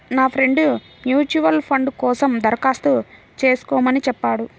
నా friend mutual fund కోసం దరఖాస్తు చేస్కోమని చెప్పాడు